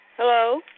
Hello